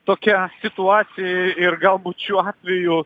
tokia situacija ir galbūt šiuo atveju